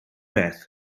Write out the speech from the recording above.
beth